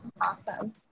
Awesome